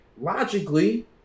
logically